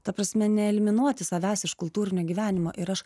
ta prasme neeliminuoti savęs iš kultūrinio gyvenimo ir aš